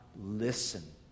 listen